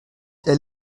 elles